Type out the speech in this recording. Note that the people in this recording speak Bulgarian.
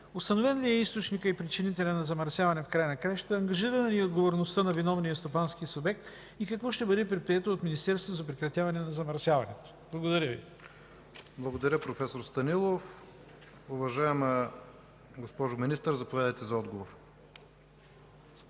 установен ли е източникът и причинителят на замърсяване в края на краищата? Ангажирана ли е отговорността на виновния стопански субект и какво ще бъде предприето от Министерството за прекратяване на замърсяването? Благодаря Ви. ПРЕДСЕДАТЕЛ ИВАН К. ИВАНОВ: Благодаря, професор Станилов. Уважаема госпожо Министър, заповядайте за отговор.